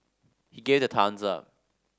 he gave the thumbs up